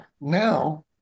now